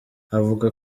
avuga